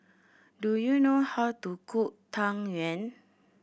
do you know how to cook Tang Yuen